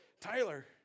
Tyler